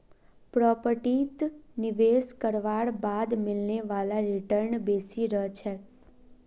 प्रॉपर्टीत निवेश करवार बाद मिलने वाला रीटर्न बेसी रह छेक